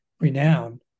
renowned